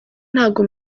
ntago